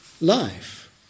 life